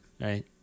Right